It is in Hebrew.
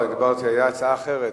היתה הצעה אחרת,